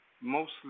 mostly